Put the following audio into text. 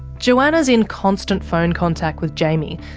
johanna's in constant phone contact with jaimie,